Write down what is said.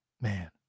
Man